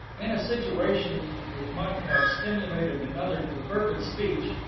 in a situation which might have stimulated another to fervid speech,